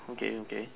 okay okay